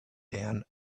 down